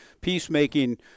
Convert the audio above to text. peacemaking